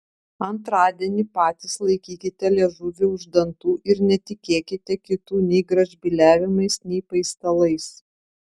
antradienį patys laikykite liežuvį už dantų ir netikėkite kitų nei gražbyliavimais nei paistalais